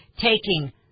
taking